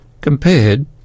compared